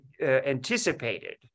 anticipated